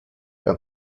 and